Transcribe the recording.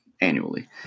annually